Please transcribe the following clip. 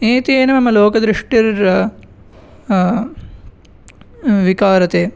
एतेन मम लोकदृष्टिर् विकारते